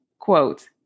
Quote